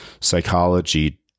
psychology